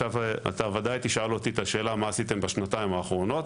ועכשיו אתה ודאי תשאל אותי את השאלה "מה עשיתם בשנתיים האחרונות?",